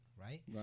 right